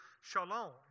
shalom